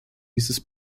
dieses